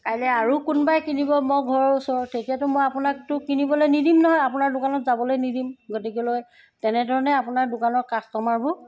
কাইলৈ আৰু কোনোবাই কিনিব মোৰ ঘৰৰ ওচৰত তেতিয়াতো মই আপোনাকতো কিনিবলৈ নিদিম নহয় আপোনাৰ দোকানত যাবলৈ নিদিম গতিকেলৈ তেনেধৰণে আপোনাৰ দোকানৰ কাষ্টমাৰবোৰ